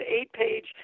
eight-page